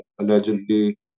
allegedly